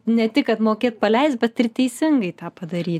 ne tik kad mokėt paleist bet ir teisingai tą padary